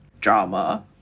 drama